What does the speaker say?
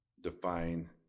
define